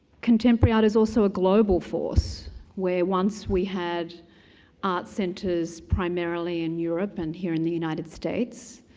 contemporary art is also a global force where once we had art centers primarily in europe and here in the united states.